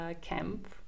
camp